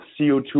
CO2